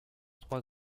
trois